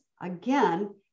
again